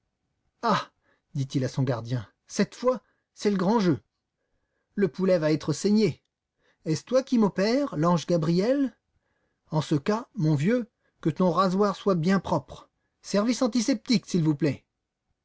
ah dit-il à son gardien cette fois c'est le grand jeu le poulet va être saigné est-ce toi qui m'opères l'ange gabriel en ce cas mon vieux que ton rasoir soit bien propre service antiseptique s'il vous plaît